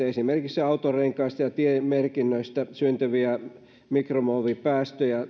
esimerkiksi autonrenkaista ja tiemerkinnöistä syntyviä mikromuovipäästöjä